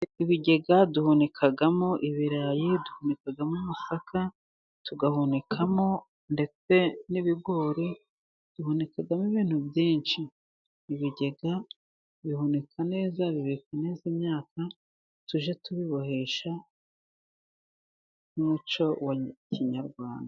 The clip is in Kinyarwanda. Ibigega duhunikamo ibirayi, duhunikamo amasaka, tugahunikamo ndetse n'ibigori, duhunikamo ibintu byinshi, ibigega bihunika neza, bibika neze imyaka, tujye tubibohesha nk'umuco wa kinyarwanda.